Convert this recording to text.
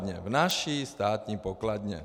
V naší státní pokladně.